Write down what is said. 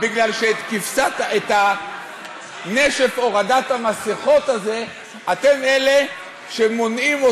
בגלל שאת נשף הורדת המסכות הזה אתן אלה שמונעות.